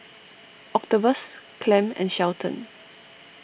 Octavius Clem and Shelton